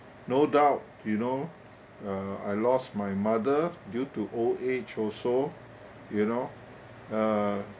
no doubt you know uh I lost my mother due to old age also you know uh